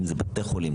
אם זה בתי חולים,